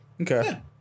Okay